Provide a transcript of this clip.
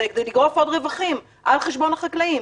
כדי לגרוף עוד רווחים על חשבון החקלאים.